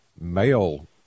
male